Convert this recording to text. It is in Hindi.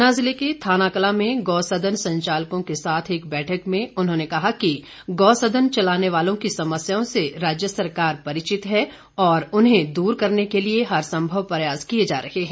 ऊना जिले के थानाकलां में गौ सदन संचालकों के साथ एक बैठक में उन्होंने कहा कि गौ सदन चलाने वालों की समस्याओं से राज्य सरकार परिचित हैं और उन्हें दूर करने के लिए हरसंभव प्रयास किए जा रहे हैं